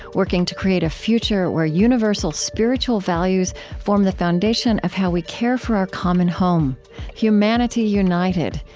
working to create a future where universal spiritual values form the foundation of how we care for our common home humanity united,